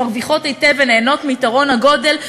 שמרוויחות היטב ונהנות מיתרון הגודל,